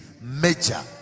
Major